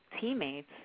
teammates